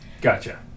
gotcha